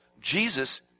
Jesus